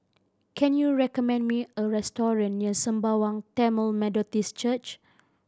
can you recommend me a restaurant near Sembawang Tamil Methodist Church